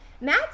Matt